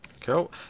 Cool